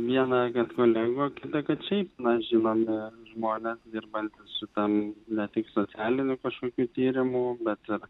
viena kad kolegų o kita kad šiaip mes žinome žmones dirbantis šitam ne tik socialinių kažkokių tyrimų bet